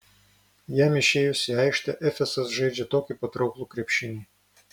jam išėjus į aikštę efesas žaidžią tokį patrauklų krepšinį